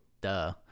Duh